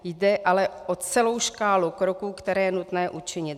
Jde ale o celou škálu kroků, které je nutné učinit.